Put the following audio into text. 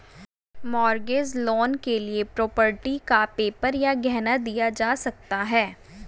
mortgage loan के लिए property का पेपर या गहना दिया जा सकता है